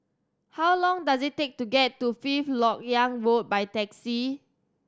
how long does it take to get to Fifth Lok Yang Road by taxi